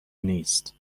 نیست